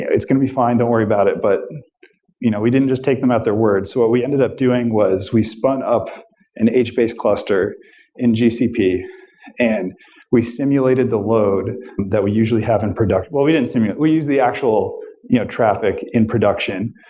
it's going to be fine. don't worry about it, but you know we didn't just take them at their words. so what we ended up doing was we spun up an age-based cluster in gcp and we simulated the load that we usually have well, we didn't simulate. we used the actual you know traffic in production,